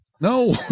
No